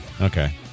Okay